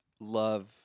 love